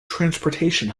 transportation